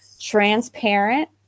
transparent